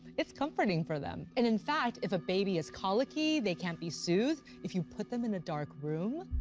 it's comforting for them. and in fact, if a baby is colicky, they can't be soothed, if you put them in a dark room,